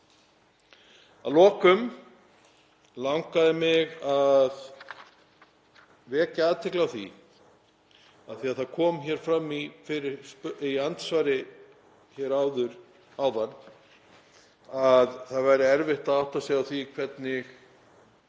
Að lokum langaði mig að vekja athygli á því, af því að það kom fram í andsvari hér áðan að það væri erfitt að átta sig á því hvernig